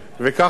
וככה זה.